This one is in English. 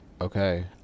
Okay